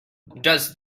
does